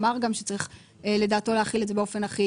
אמר גם שצריך לדעתו להחיל את זה באופן אחיד.